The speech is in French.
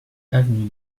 avenue